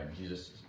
Jesus